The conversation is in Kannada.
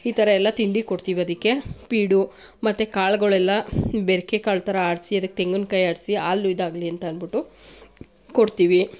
ಈ ಥರ ಎಲ್ಲ ತಿಂಡಿ ಕೊಡ್ತೀವಿ ಅದಕ್ಕೆ ಪೀಡು ಮತ್ತು ಕಾಳುಗಳೆಲ್ಲಾ ಬೆರಕೆ ಕಾಳು ಥರ ಆಡಿಸಿ ಅದಕ್ಕೆ ತೆಂಗಿನ್ಕಾಯಿ ಆಡಿಸಿ ಹಾಲು ಇದಾಗಲಿ ಅಂತ ಅಂದ್ಬಿಟ್ಟು ಕೊಡ್ತೀವಿ